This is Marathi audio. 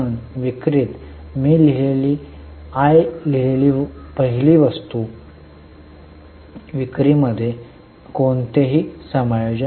म्हणून विक्रीत आय लिहिलेली पहिली वस्तू विक्रीमध्ये कोणतेही समायोजन नाही